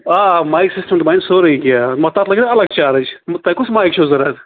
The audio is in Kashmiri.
آ آ مایِک سِسٹَم تہِ بَنہِ سورُے کیٚنٛہہ مگر تَتھ لگہٕ نا اَلگ چارٕج تۄہہِ کُس مایِک چھو ضوٚرتھ